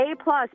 A-plus